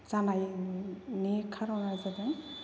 जानायनि खारना जादों